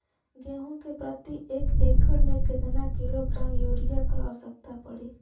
गेहूँ के प्रति एक एकड़ में कितना किलोग्राम युरिया क आवश्यकता पड़ी?